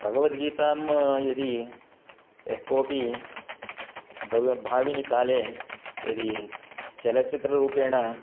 भगवद्गीतां यदि यः कोपि भव्य् भाविनि काले यदि चलचित्ररूपेण